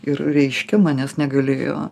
ir reiškia manęs negalėjo